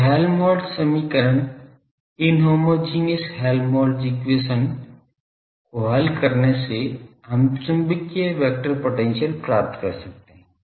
तो हेल्महोल्ट्ज़ समीकरण inhomogeneous Helmholtz equation को हल करने से हम चुंबकीय वेक्टर पोटेंशियल प्राप्त कर सकते हैं